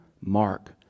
Mark